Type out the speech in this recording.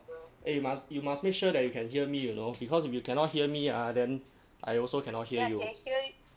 eh you must you must make sure that you can hear me you know because if you cannot hear me ah then I also cannot hear